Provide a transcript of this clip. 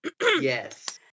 Yes